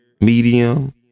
Medium